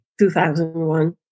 2001